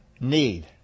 need